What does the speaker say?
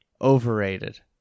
overrated